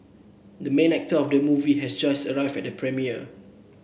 the main actor of the movie has just arrived at the premiere